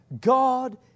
God